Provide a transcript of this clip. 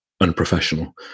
unprofessional